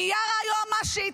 מיארה היועמ"שית,